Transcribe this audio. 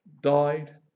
died